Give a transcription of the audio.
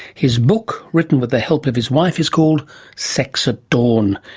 his book, written with the help of his wife, is called sex at dawn,